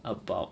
about